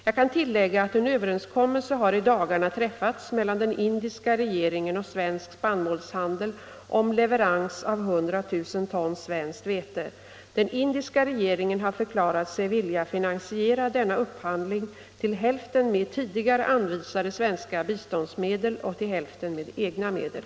Jag kan tillägga att en överenskommelse har i dagarna träffats mellan den indiska regeringen och Svensk Spannmålshandel om leverans av 100 000 ton svenskt vete. Den indiska regeringen har förklarat sig vilja finansiera denna upphandling till hälften med tidigare anvisade svenska biståndsmedel och till hälften med egna medel.